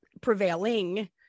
prevailing